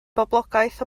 boblogaeth